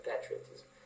patriotism